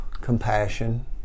compassion